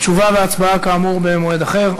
תשובה והצבעה, כאמור, במועד אחר.